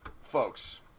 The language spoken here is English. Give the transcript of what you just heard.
folks